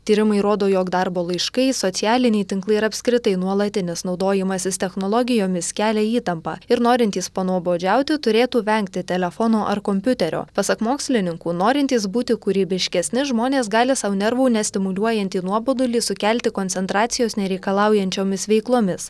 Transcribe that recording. tyrimai rodo jog darbo laiškai socialiniai tinklai ir apskritai nuolatinis naudojimasis technologijomis kelia įtampą ir norintys panuobodžiauti turėtų vengti telefono ar kompiuterio pasak mokslininkų norintys būti kūrybiškesni žmonės gali sau nervų nestimuliuojantį nuobodulį sukelti koncentracijos nereikalaujančiomis veiklomis